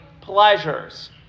pleasures